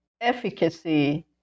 efficacy